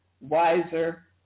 wiser